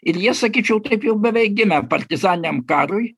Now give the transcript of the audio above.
ir jie sakyčiau taip jau beveik gimę partizaniniam karui